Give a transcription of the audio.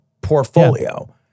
portfolio